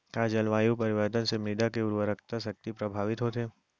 का जलवायु परिवर्तन से मृदा के उर्वरकता शक्ति प्रभावित होथे?